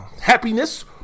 happiness